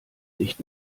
nicht